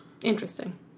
Interesting